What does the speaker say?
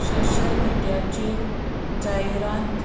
social मिडियाचेर जायरांत